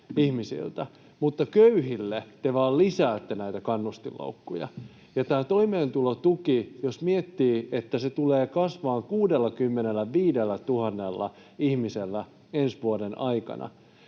mutta köyhille te vain lisäätte näitä kannustinloukkuja. Jos miettii, että toimeentulotuki tulee kasvamaan 65 000 ihmisellä ensi vuoden aikana,